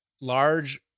large